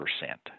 percent